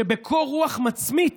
שבקור רוח מצמית